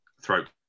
throat